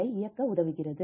ஆரை இயக்க உதவுகிறது